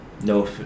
no